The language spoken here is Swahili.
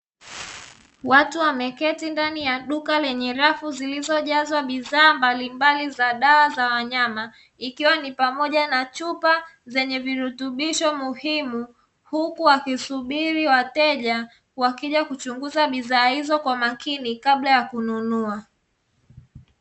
Watu wameketi ndani ya duka lenye rafu zilizojazwa bidhaa mbalimbali za dawa za wanyama, ikiwa ni pamoja na chupa zenye virutubisho muhimu huku wakisubiri wateja wakija kuchunguza bidhaa hizo kwa mkini kabla ya kununua.